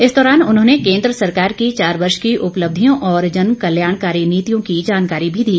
इस दौरान उन्होंने केन्द्र सरकार की चार वर्ष की उपलब्धियों और जनकल्याणकारी नीतियों की जानकारी भी दी